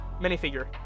minifigure